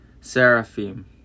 Seraphim